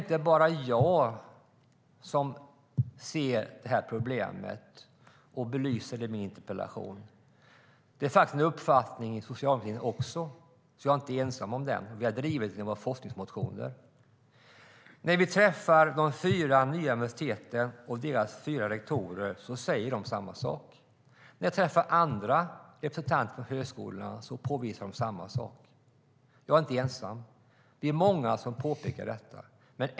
Jag har belyst detta problem i min interpellation, men det är inte bara jag som ser problemet. Jag är inte ensam om min uppfattning inom socialdemokratin. Vi har drivit den i våra forskningsmotioner. När vi träffar de fyra nya universiteten och deras fyra rektorer säger de samma sak, liksom andra representanter för högskolorna. Jag är inte ensam. Vi är många som påpekar detta.